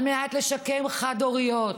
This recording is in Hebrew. על מנת לשקם חד-הוריות,